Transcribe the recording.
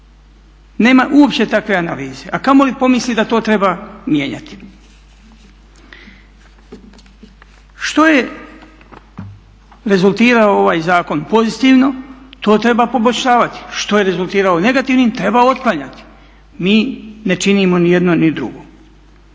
Nema uopće takve analize a kamoli pomisli da to treba mijenjati. Što je rezultirao ovaj zakon pozitivno to treba poboljšavati, što je rezultirao negativnim treba otklanjati. Mi ne činimo ni jedno ni drugo.